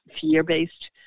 fear-based